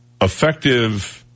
Effective